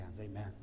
Amen